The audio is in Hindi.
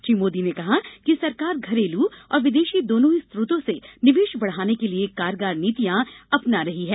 श्री मोदी ने कहा कि सरकार घरेलू और विदेशी दोनों ही स्रोतों से निवेश बढ़ाने के लिए कारगर नीतियां अपना रही है